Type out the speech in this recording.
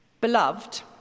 Beloved